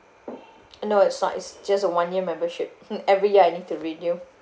no it's not it's just a one year membership mm every year I need to renew